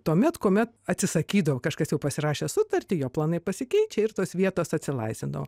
tuomet kuomet atsisakydavo kažkas jau pasirašė sutartį jo planai pasikeičia ir tos vietos atsilaisvindavo